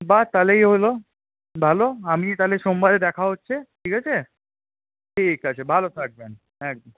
বাহ তাহলেই হল ভালো আমিও তাহলে সোমবারে দেখা হচ্ছে ঠিক আছে ঠিক আছে ভালো থাকবেন